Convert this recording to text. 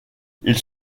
ils